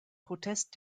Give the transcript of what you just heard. protest